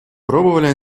пробовали